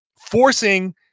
forcing